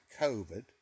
COVID